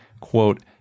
quote